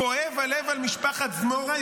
כואב הלב על משפחת זמורה.